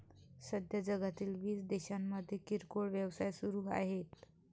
सध्या जगातील वीस देशांमध्ये किरकोळ व्यवसाय सुरू आहेत